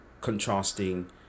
contrasting